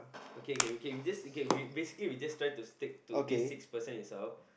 okay K K K we just okay we basically we just try to stick to this to this six person itself